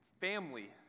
family